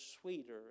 sweeter